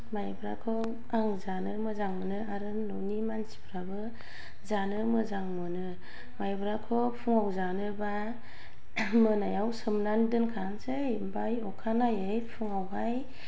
माइब्राखौ आं जानो मोजां मोनो आरो न'नि मानसिफ्राबो जानो मोजां मोनो माइब्राखौ फुङाव जानोबा मोनायाव सोमनानै दोनखानोसै ओमफाय अखानायै फुंआवहाय